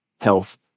health